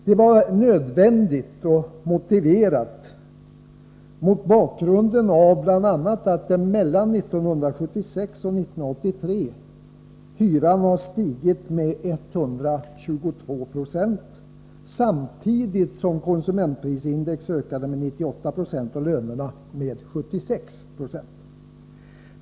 Detta var nödvändigt och motiverat mot bakgrund bl.a. av att hyran mellan 1976 och 1983 har stigit med 122 Ze, samtidigt som konsumentprisindex ökade med 98 96 och lönerna med 76 20.